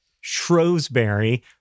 Shrewsbury